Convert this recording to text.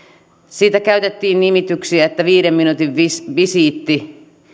siitä käytettiin nimityksiä viiden minuutin visiitti